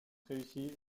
réussie